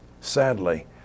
sadly